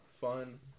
fun